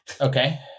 okay